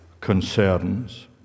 concerns